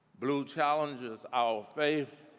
bluu challenges our faith